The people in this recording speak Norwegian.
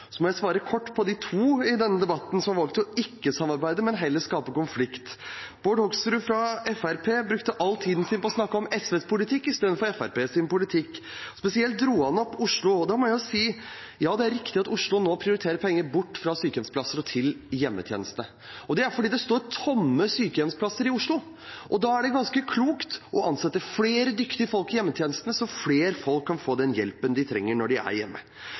må svare kort de to i debatten som har valgt ikke å samarbeide, men heller å skape konflikt. Bård Hoksrud fra Fremskrittspartiet brukte all tiden sin på å snakke om SVs politikk i stedet for Fremskrittspartiets politikk. Han trakk spesielt fram Oslo. Da må jeg si at det er riktig at Oslo nå prioriterer penger bort fra sykehjemsplasser og til hjemmetjeneste. Det er fordi det står sykehjemsplasser tomme i Oslo. Da er det ganske klokt å ansette flere dyktige folk i hjemmetjenestene, slik at flere kan få den hjelpen de trenger når de er hjemme.